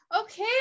Okay